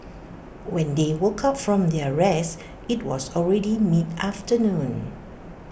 when they woke up from their rest IT was already mid afternoon